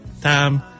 time